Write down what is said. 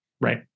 right